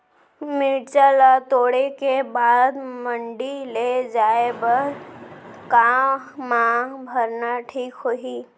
मिरचा ला तोड़े के बाद मंडी ले जाए बर का मा भरना ठीक होही?